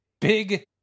Big